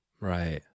Right